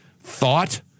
thought